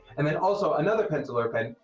and then also another pencil or pen,